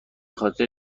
خاطر